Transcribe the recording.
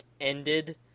ended